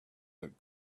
that